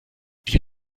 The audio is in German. die